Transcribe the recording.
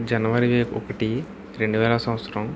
జనవరి ఒకటి రెండువేల సంవత్సరం